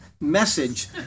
message